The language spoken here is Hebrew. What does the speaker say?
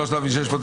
הרוויזיה הוסרה.